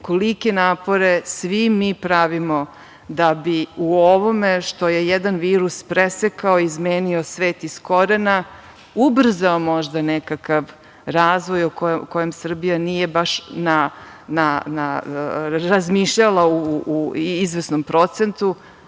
kolike napore svi mi pravimo da bi u ovome što je jedan virus presekao, izmenio svet iz korena ubrzao možda nekakav razvoj kojem Srbija nije baš razmišljala u izvesnom procentu,